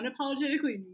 unapologetically